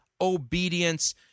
obedience